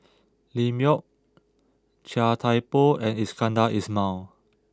Lim Yau Chia Thye Poh and Iskandar Ismail